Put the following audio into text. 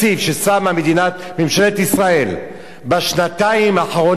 בשנתיים האחרונות כדי לנעול את השערים,